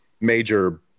major